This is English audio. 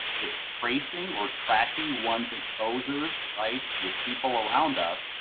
it's tracing or tracking one's exposures, right, with people around us,